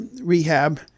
rehab